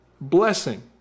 blessing